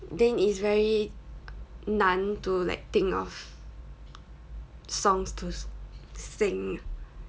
then it's very 难 to like think of songs to sing